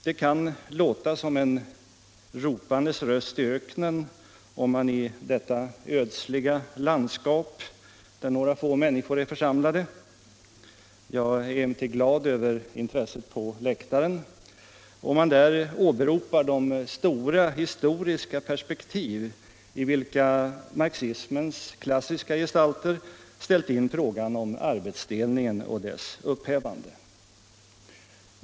Det kan låta som en ropandes röst i öknen om man i detta ödsliga landskap där några få människor är församlade — jag är emellertid glad över intresset på läktaren — åberopar de stora historiska perspektiv i vilka marxismens klassiska gestalter ställt in frågan om arbetsdelningen och dess upphävande.